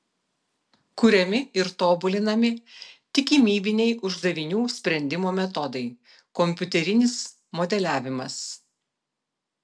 kuriami ir tobulinami tikimybiniai uždavinių sprendimo metodai kompiuterinis modeliavimas